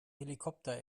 helikopter